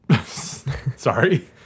Sorry